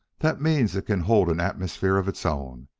that means it can hold an atmosphere of its own.